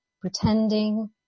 pretending